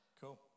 Cool